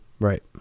right